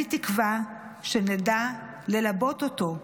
אני תקווה שנדע ללבות אותו,